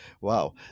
Wow